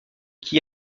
qui